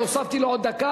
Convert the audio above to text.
והוספתי לו עוד דקה,